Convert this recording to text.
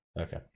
Okay